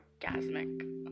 Orgasmic